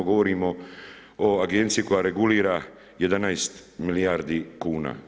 Govorimo o agenciji koja regulira 11 milijardi kuna.